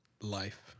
Life